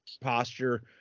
posture